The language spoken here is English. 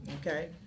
Okay